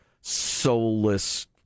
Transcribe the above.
soulless